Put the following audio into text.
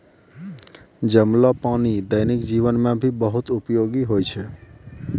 जमलो पानी दैनिक जीवन मे भी बहुत उपयोगि होय छै